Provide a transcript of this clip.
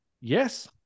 Yes